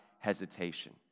hesitation